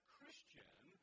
Christian